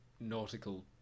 nautical